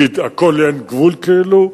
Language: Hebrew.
כי הכול אין גבול כאילו,